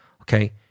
okay